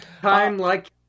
Time-like